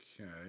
Okay